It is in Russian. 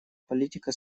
политика